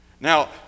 Now